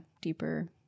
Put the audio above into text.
deeper